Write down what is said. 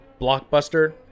blockbuster